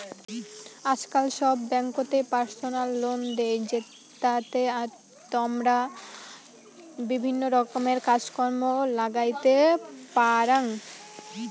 আজকাল সব ব্যাঙ্ককোতই পার্সোনাল লোন দেই, জেতাতে তমরা বিভিন্ন রকমের কাজ কর্ম লাগাইতে পারাং